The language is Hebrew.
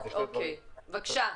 בבקשה.